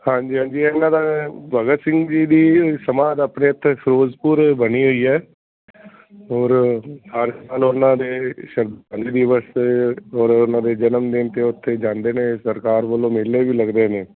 ਹਾਂਜੀ ਹਾਂਜੀ ਇਹਨਾਂ ਦਾ ਭਗਤ ਸਿੰਘ ਜੀ ਦੀ ਸਮਾਧ ਆਪਣੇ ਇੱਥੇ ਫਿਰੋਜ਼ਪੁਰ ਬਣੀ ਹੋਈ ਹੈ ਔਰ ਹਰ ਸਾਲ ਉਹਨਾਂ ਦੇ ਦਿਵਸ 'ਤੇ ਔਰ ਉਹਨਾਂ ਦੇ ਜਨਮ ਦਿਨ 'ਤੇ ਉੱਥੇ ਜਾਂਦੇ ਨੇ ਸਰਕਾਰ ਵੱਲੋਂ ਮੇਲੇ ਵੀ ਲੱਗਦੇ ਨੇ